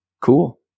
Cool